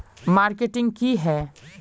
Marketing की है?